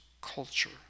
culture